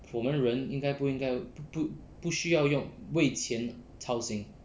我们人应该不应该不需要用为钱操心